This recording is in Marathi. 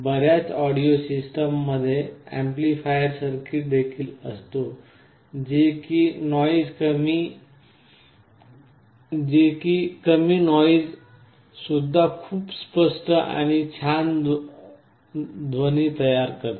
बर्याच ऑडिओ सिस्टम मध्ये एम्पलीफायर सर्किट देखील असते जे कमी नॉइज सुद्धा खूप स्पष्ट आणि छान ध्वनी तयार करते